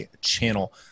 channel